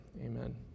Amen